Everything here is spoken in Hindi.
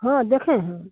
हाँ देखे हैं